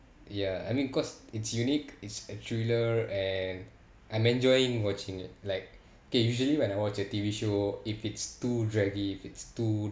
ya I mean cause it's unique it's a thiller and I'm enjoying watching it like kay usually when I watch a T_V show if it's too draggy if it's too